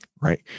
right